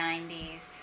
90s